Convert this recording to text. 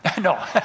No